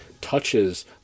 touches